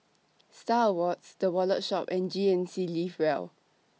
STAR Awards The Wallet Shop and G N C Live Well